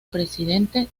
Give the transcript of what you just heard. presidente